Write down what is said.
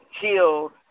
killed